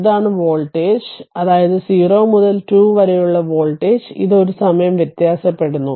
ഇതാണ് വോൾട്ടേജ് അതായത് 0 മുതൽ 2 വരെയുള്ള വോൾട്ടേജ് ഇത് ഒരു സമയം വ്യത്യാസപ്പെടുന്നു